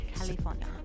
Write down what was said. California